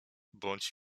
bądź